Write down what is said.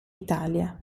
italia